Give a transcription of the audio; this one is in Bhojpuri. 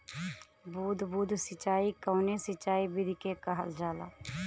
बूंद बूंद सिंचाई कवने सिंचाई विधि के कहल जाला?